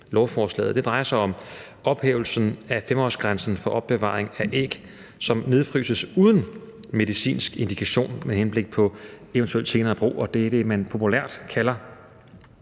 det drejer sig om ophævelsen af 5-årsgrænsen for opbevaring af æg, som nedfryses uden medicinsk indikation med henblik på eventuelt senere brug. Det er det, man populært kalder